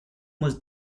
was